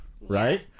right